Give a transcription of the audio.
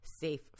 safe